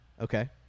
Okay